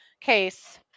case